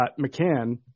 McCann